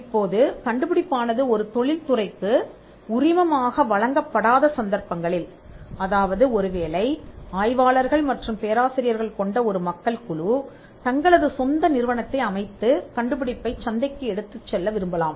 இப்போது கண்டுபிடிப்பானது ஒரு தொழில்துறைக்கு உரிமம் ஆக வழங்கப்படாத சந்தர்ப்பங்களில் அதாவது ஒருவேளை ஆய்வாளர்கள் மற்றும் பேராசிரியர்கள் கொண்ட ஒரு மக்கள் குழு தங்களது சொந்த நிறுவனத்தை அமைத்துக் கண்டுபிடிப்பைச் சந்தைக்கு எடுத்துச் செல்ல விரும்பலாம்